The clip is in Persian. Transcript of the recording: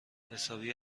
حسابی